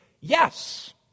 Yes